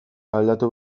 aldatu